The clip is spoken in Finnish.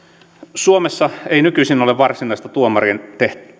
suomessa ei nykyisin ole varsinaista tuomarin